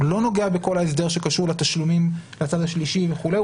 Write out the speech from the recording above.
הוא לא נוגע בכל ההסדר שקשור לתשלומים לצד השלישי וכולי.